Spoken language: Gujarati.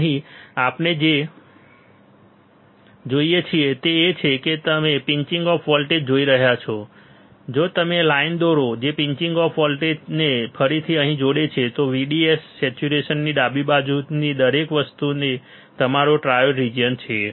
અહીં આપણે જે જોઈએ છીએ તે એ છે કે જો તમે પિંચિંગ ઑફ વોલ્ટેજ જોઈ શકો છો અને જો તમે લાઈન દોરો જે એક પિંચિંગ ઑફ વોલ્ટેજને ફરીથી અહીં જોડે છે તો VDS સેચ્યુરેશનની ડાબી બાજુની દરેક વસ્તુ એ તમારો ટ્રાયોડ રીજીયન છે